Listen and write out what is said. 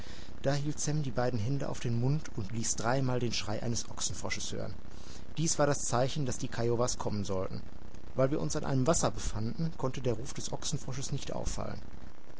da hielt sam die beiden hände auf den mund und ließ dreimal den schrei eines ochsenfrosches hören dies war das zeichen daß die kiowas kommen sollten weil wir uns an einem wasser befanden konnte der ruf des ochsenfrosches nicht auffallen